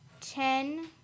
Ten